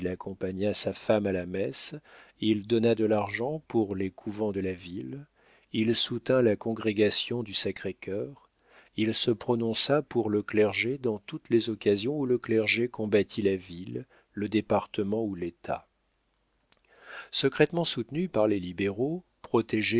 sa femme à la messe il donna de l'argent pour les couvents de la ville il soutint la congrégation du sacré-cœur il se prononça pour le clergé dans toutes les occasions où le clergé combattit la ville le département ou l'état secrètement soutenu par les libéraux protégé